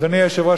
אדוני היושב-ראש,